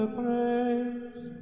praise